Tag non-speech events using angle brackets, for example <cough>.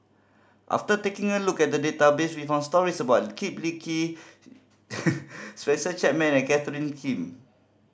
after taking a look at database we found stories about Kip Lee Kee <noise> Spencer Chapman and Catherine Kim